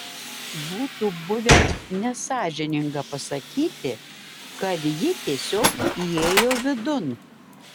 būtų buvę nesąžininga pasakyti kad ji tiesiog įėjo vidun